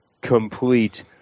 complete